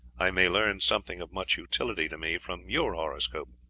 i may learn something of much utility to me from your horoscope.